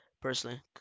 personally